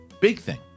BigThing